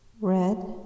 Red